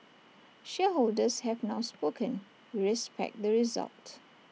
shareholders have now spoken we respect the result